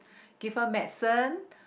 give her medicine